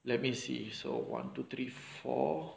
let me see so one two three four